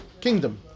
kingdom